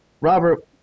Robert